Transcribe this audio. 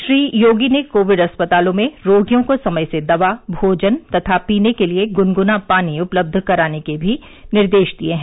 श्री योगी ने कोविड अस्पतालों में रोगियों को समय से दवा भोजन तथा पीने के लिए गुनग्ना पानी उपलब्ध कराने के भी निर्देश दिए हैं